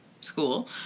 school